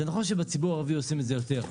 זה נכון שבציבור הערבי עושים את זה יותר,